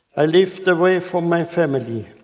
i lived away from my family,